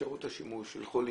אפשרות השימוש של חולים,